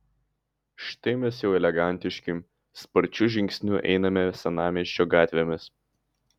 štai mes jau elegantiški sparčiu žingsniu einame senamiesčio gatvėmis